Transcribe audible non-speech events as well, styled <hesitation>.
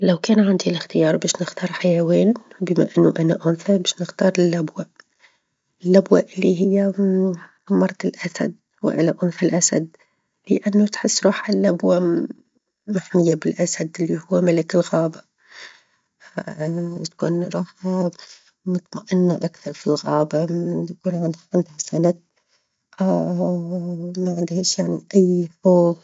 لو كان عندي الإختيار باش نختار حيوان بما إنه أنا أنثى، باش نختار اللبوة، اللبوة اللي هي <hesitation> مرت الأسد، والا أنثى الأسد لأنه تحس روحها اللبوة <hesitation> محمية بالأسد اللي هو ملك الغابة <hesitation> تكون روحها <hesitation> مطمئنة أكثر فى الغابة <hesitation> تكون عندها سند <hesitation> ما عندهاش يعني أي خوف.